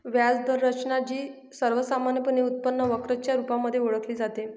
व्याज दर रचना, जी सर्वसामान्यपणे उत्पन्न वक्र च्या रुपामध्ये ओळखली जाते